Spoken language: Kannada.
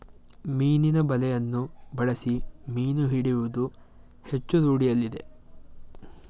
ಮೀನಿನ ಬಲೆಯನ್ನು ಬಳಸಿ ಮೀನು ಹಿಡಿಯುವುದು ಹೆಚ್ಚು ರೂಢಿಯಲ್ಲಿದೆ